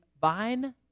vine